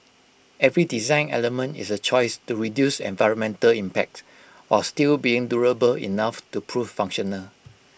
every design element is A choice to reduce environmental impact while still being durable enough to prove functional